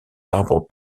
arbres